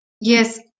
Yes